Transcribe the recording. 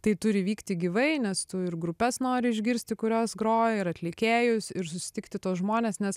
tai turi vykti gyvai nes tu ir grupes nori išgirsti kurios groja ir atlikėjus ir susitikti tuos žmones nes